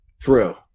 True